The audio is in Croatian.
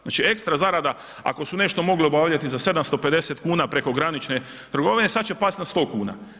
Znači ekstra zarada, ako su nešto mogli obavljati za 750 kn prekogranične trgovine, sad će pasti na 100 kuna.